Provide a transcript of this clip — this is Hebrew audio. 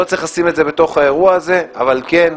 לא צריך לשים את זה בתוך האירוע הזה, אבל כן,